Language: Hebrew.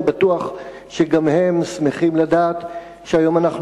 אני בטוח שגם הם שמחים לדעת שהיום אנחנו